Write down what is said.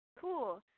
cool